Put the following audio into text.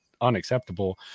unacceptable